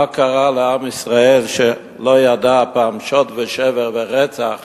מה קרה לעם ישראל שלא ידע פעם שוד ושבר ורצח